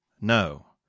No